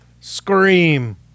Scream